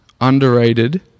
underrated